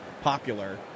popular